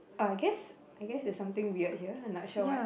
but I guess I guess is something weird here and not sure what